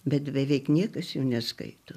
bet beveik niekas jų neskaito